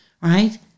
right